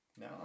No